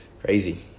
Crazy